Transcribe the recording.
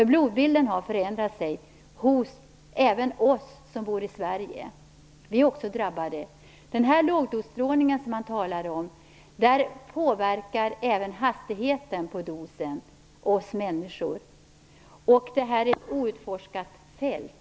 Blodbilden har förändrats även hos oss som bor i Sverige. Vi är också drabbade. Lågdosstrålningen som man talar om påverkar även hastigheten i ökningen av dosen hos människor. Detta är ett outforskat fält.